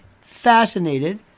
fascinated